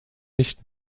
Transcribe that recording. nicht